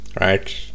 right